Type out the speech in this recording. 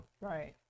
Right